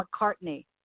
mccartney